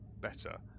better